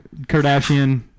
Kardashian